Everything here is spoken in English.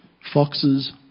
foxes